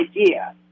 idea